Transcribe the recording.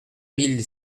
mille